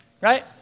right